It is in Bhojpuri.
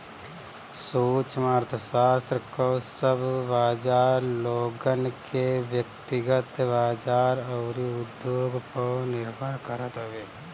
सूक्ष्म अर्थशास्त्र कअ सब बाजार लोगन के व्यकतिगत बाजार अउरी उद्योग पअ निर्भर करत हवे